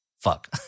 Fuck